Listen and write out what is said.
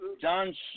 John